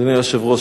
אדוני היושב-ראש,